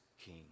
King